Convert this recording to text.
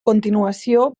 continuació